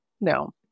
no